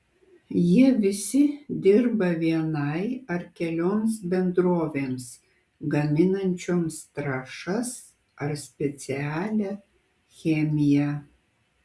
jie visi dirba vienai ar kelioms bendrovėms gaminančioms trąšas ar specialią chemiją